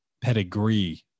pedigree